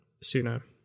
sooner